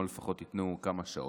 או לפחות ייתנו כמה שעות.